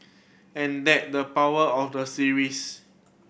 and that the power of the series